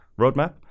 roadmap